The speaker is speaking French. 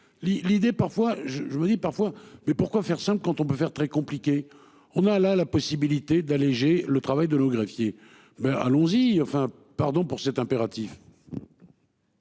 L'idée parfois je me dis parfois, mais pourquoi faire simple quand on peut faire très compliqué. On a là la possibilité d'alléger le travail de nos greffier ben allons-y enfin pardon pour cet impératif.